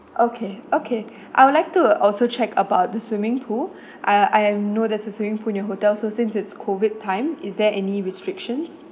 okay okay I would like to also check about the swimming pool ah I am know there's a swimming pool in your hotel so since it's COVID time is there any restrictions